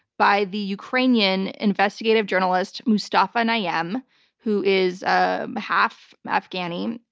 by the ukrainian investigative journalist, mustafa nayyem who is a half afghani.